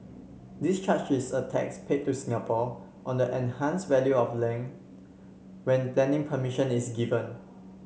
this charge is a tax paid to Singapore on the enhanced value of land when planning permission is given